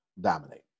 dominate